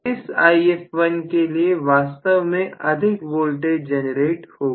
इस Ifl के लिए वास्तव में अधिक वोल्टेज जनरेट होगी